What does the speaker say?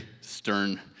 stern